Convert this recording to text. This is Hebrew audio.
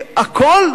הכול?